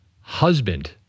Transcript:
husband